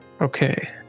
Okay